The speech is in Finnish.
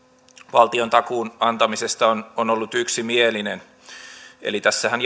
valtiontakuun antamisesta on on ollut yksimielinen tässähän